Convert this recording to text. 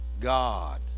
God